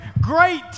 Great